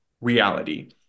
reality